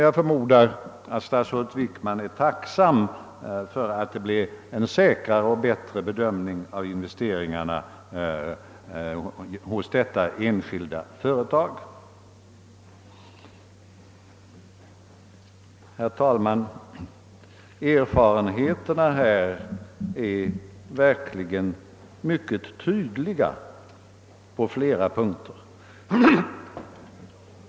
Jag förmodar att statsrådet Wickman nu är tacksam för att detta enskilda företag gjorde en säkrare och bättre bedömning av investeringsläget. Herr talman! Erfarenheterna här är verkligen mycket tydliga på flera punkter.